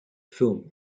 film